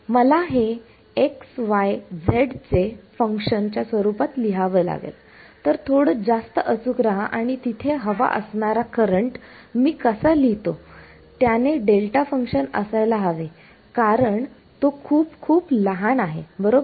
मला हे xyz चे फंक्शन च्या स्वरूपात लिहावं लागेल तर थोडं जास्त अचूक राहा आणि तिथे हवा असणारा करंट मी कसा लिहितो त्याने डेल्टा फंक्शन असायला हवे कारण तो खूप खूप लहान आहे बरोबर